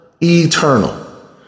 Eternal